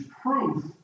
proof